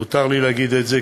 מותר לי להגיד את זה,